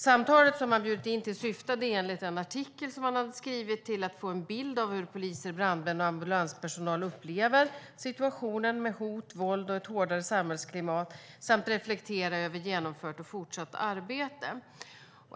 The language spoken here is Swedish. Samtalet som han bjudit in till syftade enligt den artikel han hade skrivit till att få en bild av hur poliser, brandmän och ambulanspersonal upplever situationen med hot, våld och ett hårdare samhällsklimat samt reflektera över genomfört och fortsatt arbete.